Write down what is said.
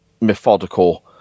methodical